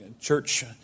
church